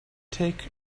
take